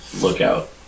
lookout